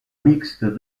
mixte